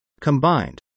Combined